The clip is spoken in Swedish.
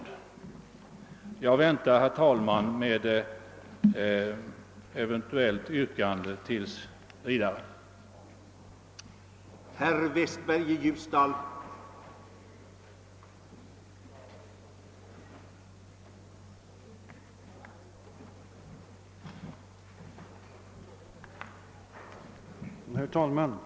Jag väntar, herr talman, med eventuellt yrkande tills vidare.